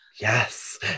yes